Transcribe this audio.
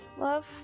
love